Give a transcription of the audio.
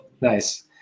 Nice